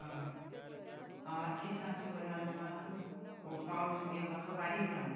हय हांव आतां कितें सांगता खबर आसा तुमकां हो पावस मगे मातसो बारीक जावनी